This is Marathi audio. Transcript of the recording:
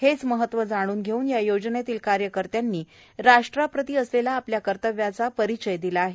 हेच महत्व जाणून घेऊन या योजनेतील कार्यकर्त्यांनी राष्ट्राप्रती असलेल्या आपल्या कर्तव्याचा परिचय दिला आहे